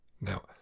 Now